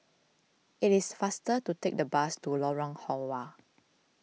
it is faster to take the bus to Lorong Halwa